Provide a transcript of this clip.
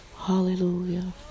Hallelujah